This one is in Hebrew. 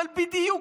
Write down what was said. אבל בדיוק,